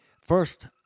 First